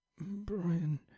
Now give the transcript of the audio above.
Brian